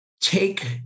take